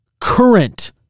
current